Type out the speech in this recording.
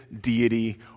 deity